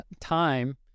time